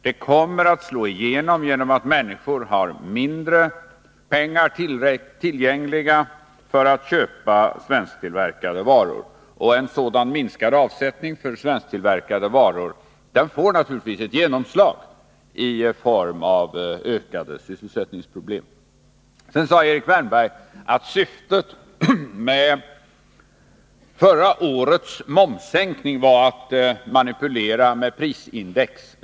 Det kommer att slå igenom så att människor har mindre pengar tillgängliga för att köpa svensktillverkade varor. En sådan minskad avsättning för svensktillverkade varor får naturligtvis ett genomslag i form av ökade sysselsättningsproblem. Erik Wärnberg sade att syftet med förra årets momssänkning var att manipulera med prisindex.